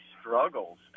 struggles